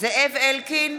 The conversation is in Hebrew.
זאב אלקין,